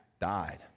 died